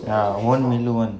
ya won't 迷路 [one]